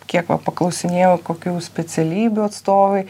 kiek va paklausinėjau kokių specialybių atstovai